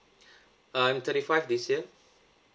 I'm thirty five this year